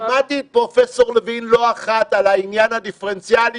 שמעתי את פרופ' לוין לא אחת על העניין הדיפרנציאלי,